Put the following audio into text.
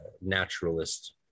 naturalist